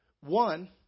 One